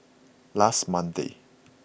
last Monday